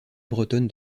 bretonne